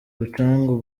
rucagu